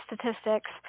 statistics